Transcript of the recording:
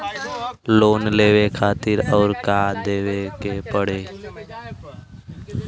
Loan लेवे खातिर अउर का देवे के पड़ी?